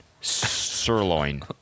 sirloin